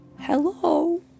Hello